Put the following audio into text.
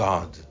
God